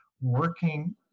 working